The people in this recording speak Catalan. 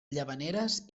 llavaneres